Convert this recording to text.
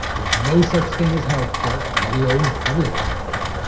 there is no such thing as health care, let alone public health care,